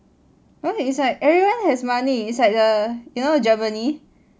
well it's like everyone has money it's like the you know germany